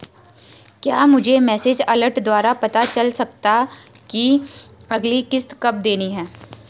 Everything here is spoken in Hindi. क्या मुझे मैसेज अलर्ट द्वारा पता चल सकता कि अगली किश्त कब देनी है?